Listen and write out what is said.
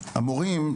לגבי המורים,